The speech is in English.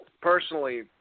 personally